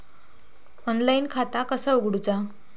Online खाता कसा उगडूचा?